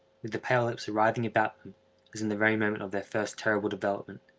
with the pale lips writhing about them, as in the very moment of their first terrible development.